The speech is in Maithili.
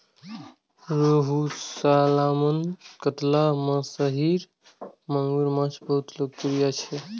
रोहू, सालमन, कतला, महसीर, मांगुर माछ बहुत लोकप्रिय छै